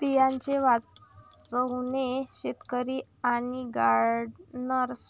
बियांचे वाचवणे शेतकरी आणि गार्डनर्स